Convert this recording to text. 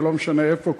ולא משנה איפה,